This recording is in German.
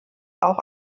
auch